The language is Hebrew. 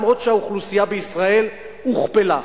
אפילו שהאוכלוסייה בישראל הוכפלה.